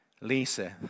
Lisa